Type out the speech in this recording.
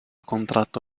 contratto